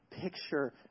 picture